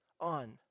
on